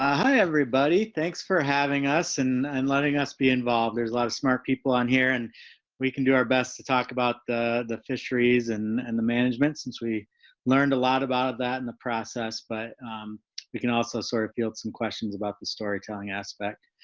hi everybody, thanks for having us and and letting us be involved. there's a lot of smart people on here, and we can do our best to talk about the the fisheries and and the management, since we learned a lot about that in the process, but we can also sort of field some questions about the storytelling aspect.